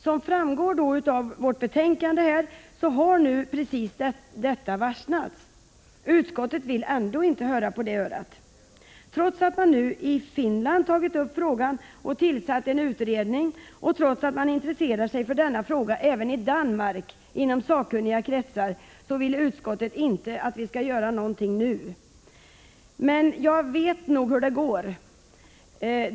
Som framgår av vårt betänkande har nu precis detta varsnats. Utskottet vill ändå inte höra på det örat. Trots att man nu i Finland tagit upp frågan och tillsatt en utredning, och trots att man intresserar sig för denna fråga även i Danmark inom sakkunniga kretsar, vill utskottet inte att vi skall göra någonting nu. Jag vet nog hur det går.